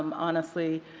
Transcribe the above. um honestly,